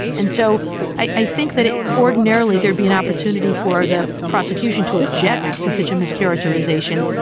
and so i think that ordinarily there'd be an opportunity for the prosecution to object to such a mischaracterization.